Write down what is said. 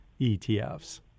ETFs